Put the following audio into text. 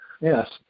Yes